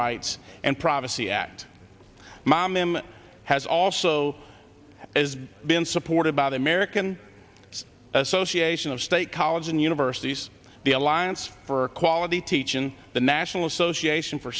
rights and privacy act mom m has also as been supported by the american association of state colleges and universities the alliance for quality teaching the national association for